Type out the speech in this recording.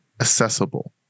accessible